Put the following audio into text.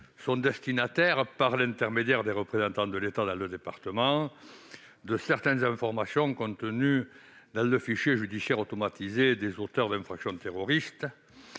sont destinataires, par l'intermédiaire des représentants de l'État dans le département, d'informations contenues dans le fichier judiciaire automatisé des auteurs d'infractions terroristes